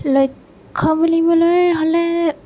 লক্ষ্য় বুলিবলৈ হ'লে